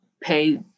pay